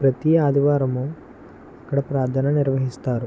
ప్రతి ఆదివారము అక్కడ ప్రార్థన నిర్వహిస్తారు